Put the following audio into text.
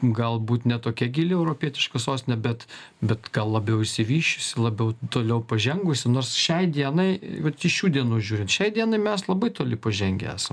galbūt ne tokia gili europietiška sostinė bet bet gal labiau išsivysčiusi labiau toliau pažengusi nors šiai dienai vat iš šių dienų žiūrint šiai dienai mes labai toli pažengę esam